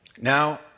Now